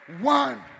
one